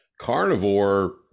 carnivore